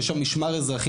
יש שם משמר אזרחי.